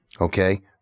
Okay